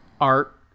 art